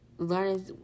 learning